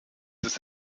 ist